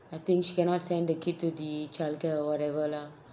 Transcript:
I think she cannot send the kid to the childcare or whatever lah